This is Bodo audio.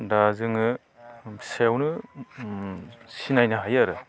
दा जोङो फिसायावनो सिनायनो हायो आरो